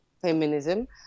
feminism